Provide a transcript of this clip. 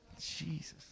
Jesus